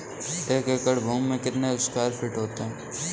एक एकड़ भूमि में कितने स्क्वायर फिट होते हैं?